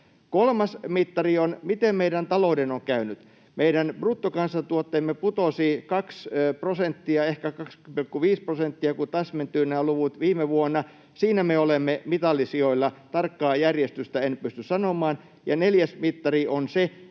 Kolmas mittari on se, miten meidän talouden on käynyt. Meidän bruttokansantuotteemme putosi viime vuonna 2 prosenttia — ehkä 2,5 prosenttia, kun nämä luvut täsmentyvät. Siinä me olemme mitalisijoilla, tarkkaa järjestystä en pysty sanomaan. Neljäs mittari on se,